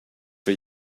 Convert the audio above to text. for